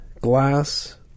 glass